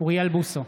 אוריאל בוסו,